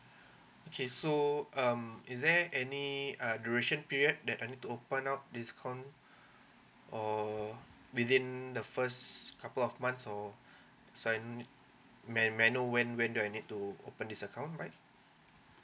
okay so um is there any uh duration period that I need to open up this account or within the first couple of months or as when may I know when when do I need to open this account by